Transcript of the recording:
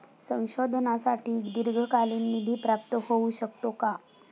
संशोधनासाठी दीर्घकालीन निधी प्राप्त होऊ शकतो का?